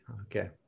Okay